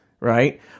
right